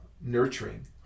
nurturing